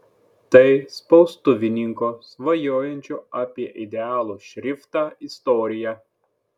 tai spaustuvininko svajojančio apie idealų šriftą istorija